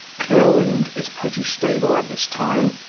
courland is pretty stable at this time,